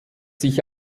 sich